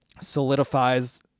solidifies